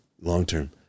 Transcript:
long-term